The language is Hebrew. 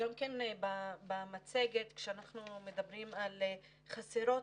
גם כן במצגת כשאנחנו מדברים על שחסרות